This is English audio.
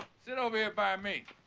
sit over here by me.